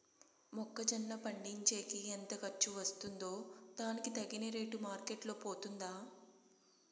మొక్క జొన్న పండించేకి ఎంత ఖర్చు వస్తుందో దానికి తగిన రేటు మార్కెట్ లో పోతుందా?